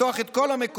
לפתוח את כל המקומות